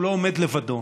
הוא לא עומד לבדו,